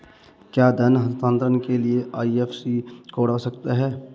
क्या धन हस्तांतरण के लिए आई.एफ.एस.सी कोड आवश्यक है?